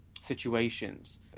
situations